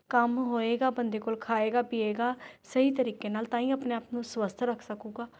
ਕੰਮ ਹੋਏਗਾ ਬੰਦੇ ਕੋਲ਼ ਖਾਏਗਾ ਪੀਏਗਾ ਸਹੀ ਤਰੀਕੇ ਨਾਲ ਤਾਹੀਂ ਆਪਣੇ ਆਪ ਨੂੰ ਸਵੱਸਥ ਰੱਖ ਸਕੇਗਾ